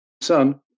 son